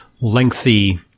lengthy